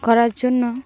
করার জন্য